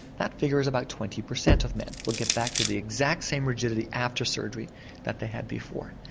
that figure is about twenty percent of men will get back to the exact same rigidity after surgery that they had before.